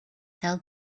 held